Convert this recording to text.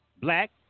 black